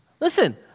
Listen